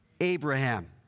Abraham